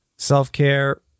Self-care